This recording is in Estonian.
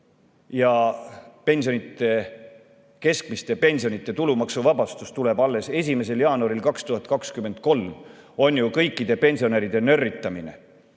ja keskmiste pensionide tulumaksust vabastus tuleb 1. jaanuaril 2023 –, on kõikide pensionäride nörritamine.